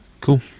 Cool